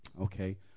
okay